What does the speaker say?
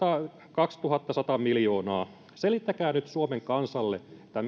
kaksituhattasata miljoonaa selittäkää nyt suomen kansalle